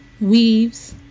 weaves